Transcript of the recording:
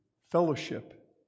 fellowship